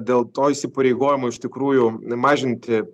dėl to įsipareigojimo iš tikrųjų mažinti